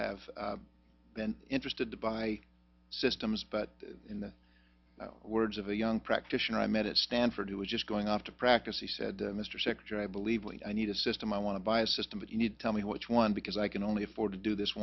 have been interested by systems but in the words of a young practitioner i met at stanford who was just going off to practice he said mr secretary i believe we need a system i want to buy a system but you need tell me which one because i can only afford to do this